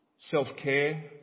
self-care